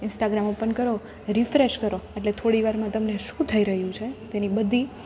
Instagram open કરો refresh કરો એટલે થોડીવારમાં તમને શું થઈ રહ્યું છે તેની બધી